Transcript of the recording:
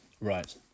Right